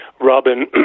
Robin